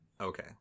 Okay